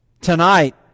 Tonight